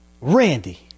Randy